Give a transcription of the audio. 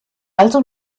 also